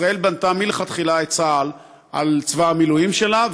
ישראל בנתה מלכתחילה את צה"ל על צבא המילואים שלה,